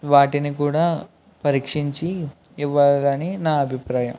వాటిని కూడా పరీక్షించి ఇవ్వాలి అని నా అభిప్రాయం